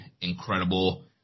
incredible